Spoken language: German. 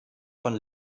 von